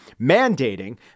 mandating